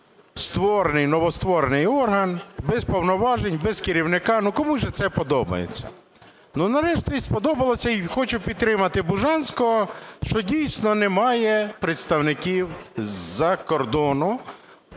створений, новостворений орган без повноважень, без керівника. Ну, кому ж це подобається? Ну нарешті сподобалося, і хочу підтримати Бужанського, що дійсно немає представників з-за кордону,